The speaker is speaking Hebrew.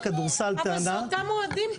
אבל זה אותם אוהדים.